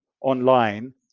online